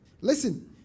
Listen